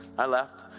i left.